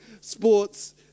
sports